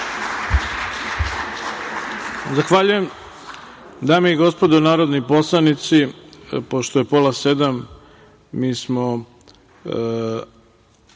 Zahvaljujem. Dame i gospodo narodni poslanici, pošto je pola sedam i pošto